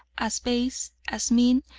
as base, as mean,